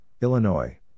Illinois